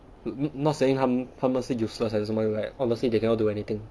n~ not not saying 他们他们是 useless 还是什么 like honestly they cannot do anything